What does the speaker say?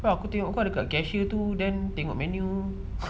aku tengok kau dekat cashier tu then tengok menu